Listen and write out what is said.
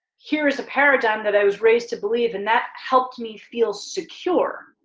here is a paradigm that i was raised to believe, and that helped me feel secure,